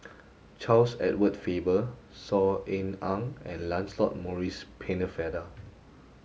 Charles Edward Faber Saw Ean Ang and Lancelot Maurice Pennefather